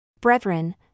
Brethren